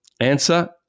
Answer